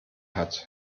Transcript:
hat